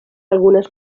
algunes